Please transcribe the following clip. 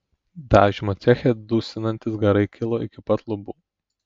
dažymo ceche dusinantys garai kilo iki pat lubų